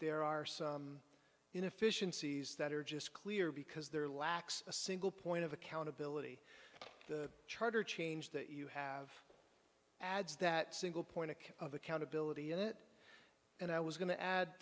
there are some inefficiencies that are just clear because there lacks a single point of accountability the charter change that you have adds that single point of accountability in it and i was going to add